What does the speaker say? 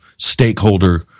stakeholder